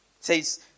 Says